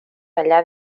enllà